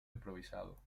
improvisado